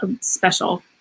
special